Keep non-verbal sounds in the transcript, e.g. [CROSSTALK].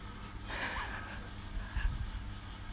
[LAUGHS]